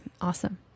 awesome